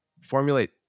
formulate